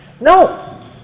No